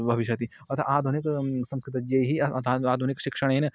भविष्यति अथ आधुनिकं संस्कृतज्ञैः अथ आधुनिकं शिक्षणेन